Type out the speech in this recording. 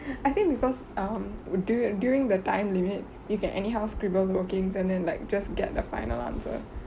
I think because um du~ during the time limit you can anyhow scribble the workings and then like just get the final answer